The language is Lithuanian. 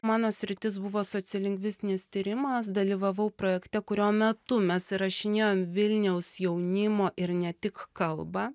mano sritis buvo sociolingvistinis tyrimas dalyvavau projekte kurio metu mes įrašinėjom vilniaus jaunimo ir ne tik kalbą